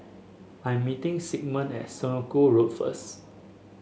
I am meeting Sigmund at Senoko Road first